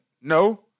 No